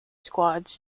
squads